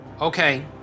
Okay